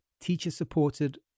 teacher-supported